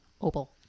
Opal